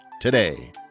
today